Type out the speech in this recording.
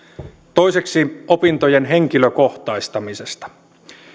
toiseksi opintojen henkilökohtaistamisesta